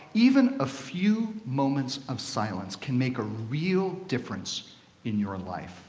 even a few moments of silence can make a real difference in your and life